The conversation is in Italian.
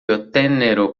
ottennero